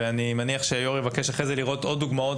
ואני מניח שהיושב-ראש יבקש אחרי זה לראות עוד דוגמאות